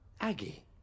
Aggie